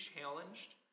challenged